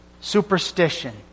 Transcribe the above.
superstition